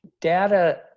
data